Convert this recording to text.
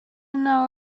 una